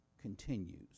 continues